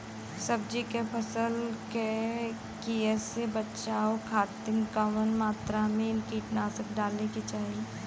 सब्जी के फसल के कियेसे बचाव खातिन कवन मात्रा में कीटनाशक डाले के चाही?